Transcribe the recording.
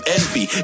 envy